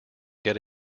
get